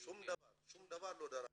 שום דבר לא דרש.